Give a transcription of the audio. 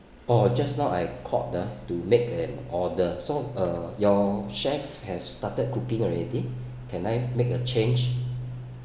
oh just now I called ah to make an order so uh your chefs have started cooking already can I make a change